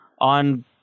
on